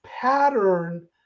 pattern